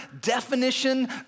definition